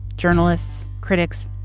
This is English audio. journalists, critics,